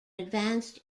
advanced